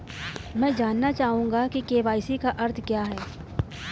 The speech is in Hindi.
मैं जानना चाहूंगा कि के.वाई.सी का अर्थ क्या है?